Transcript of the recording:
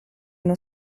uno